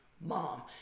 mom